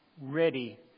ready